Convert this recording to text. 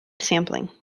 sampling